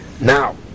Now